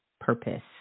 purpose